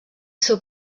seu